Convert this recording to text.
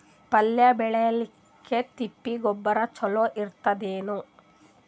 ಪಲ್ಯ ಬೇಳಿಲಿಕ್ಕೆ ತಿಪ್ಪಿ ಗೊಬ್ಬರ ಚಲೋ ಇರತದೇನು?